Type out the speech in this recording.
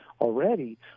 already